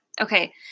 Okay